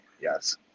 yes